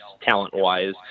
talent-wise